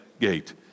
gate